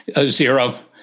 Zero